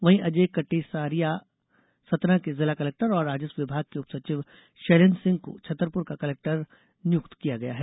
वहीं अजय कटेसरिया सतना के जिला कलेक्टर और राजस्व विभाग के उपसचिव शैलेन्द्र सिंह को छतरपुर का कलेक्टर नियुक्त किया गया है